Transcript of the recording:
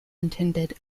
intended